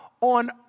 on